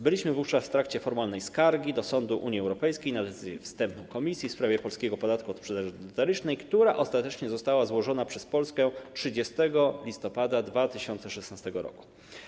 Byliśmy wówczas w trakcie formalnej skargi do sądu Unii Europejskiej na decyzję wstępną Komisji w sprawie polskiego podatku od sprzedaży detalicznej, która ostatecznie została złożona przez Polskę 30 listopada 2016 r.